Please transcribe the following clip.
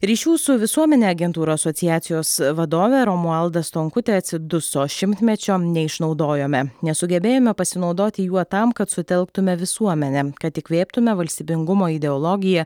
ryšių su visuomene agentūrų asociacijos vadovė romualda stonkutė atsiduso šimtmečio neišnaudojome nesugebėjome pasinaudoti juo tam kad sutelktume visuomenę kad įkvėptume valstybingumo ideologiją